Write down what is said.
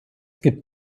gibt